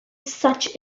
such